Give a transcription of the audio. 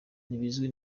ntibizwi